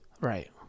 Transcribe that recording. Right